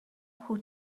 who